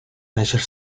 measure